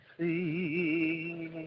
see